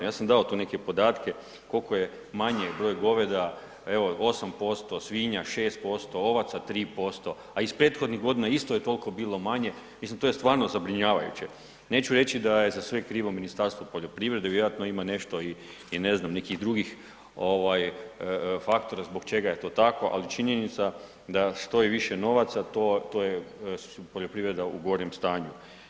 Ja sam dao tu neke podatke, koliko je manje broj goveda, evo 8% svinja, 6% ovaca, 3%, a iz prethodnih godina isto je tolko bilo manje, mislim to je stvarno zabrinjavajuće, neću reći da je za sve krivo Ministarstvo poljoprivrede, vjerojatno ima nešto i ne znam nekih drugih ovaj faktora zbog čega je to tako, ali činjenica da što je više novaca to je, to je su poljoprivreda u gorem stanju.